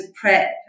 prep